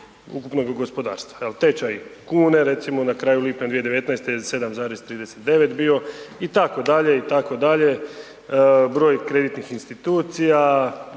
ukupnog gospodarstva. Evo tečaj kune recimo na kraju lipnja 2019. je 7,39 je bio itd., itd. broj kreditnih institucija,